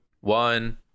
one